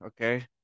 okay